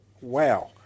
wow